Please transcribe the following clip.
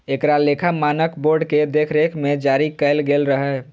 एकरा लेखा मानक बोर्ड के देखरेख मे जारी कैल गेल रहै